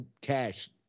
cash